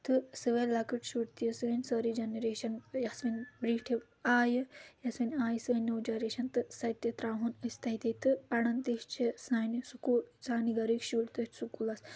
تہٕ سٲنٛۍ لَکٕٹۍ شُرۍ تہِ سٲنۍ سٲری جَنٕریشَن یوس وۄنۍ برٛیٹھِم آیہِ یۄس وۄنۍ آیہِ سٲنۍ نوٚو جَنٕریشَن تہٕ سۄ تہِ ترٛاوہَون أسۍ تَتہِ تہٕ پَران تہِ چھِ سانہِ سکوٗل سانہِ گَرٕکۍ شُرۍ تٔتھۍ سکوٗلَس